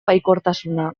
baikortasuna